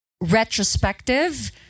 retrospective